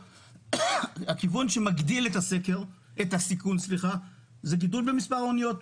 הכיוון שמגדיל את הסיכון זה גידול במספר האניות,